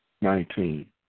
nineteen